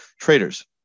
traders